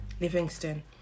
Livingston